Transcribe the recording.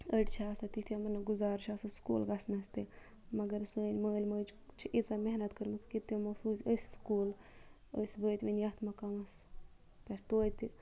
أڈۍ چھِ آسان تِتھ یِمَن نہٕ گُزار چھُ آسان سکوٗل گَژھنَس تہِ مَگَر سٲنۍ مٲلۍ مٲجۍ چھِ اِیٖژاہ محنَت کٔرمٕژ کہِ تِمو سوٗزۍ أسۍ سکوٗل أسۍ وٲتۍ وۄنۍ یَتھ مَقامَس پٮ۪ٹھ توتہِ